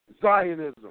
Zionism